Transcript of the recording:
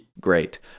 Great